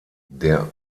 der